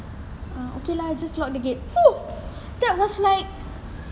ah okay lah just lock the gate !fuh! that was like